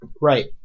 Right